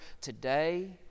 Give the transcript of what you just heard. today